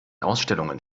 ausstellungen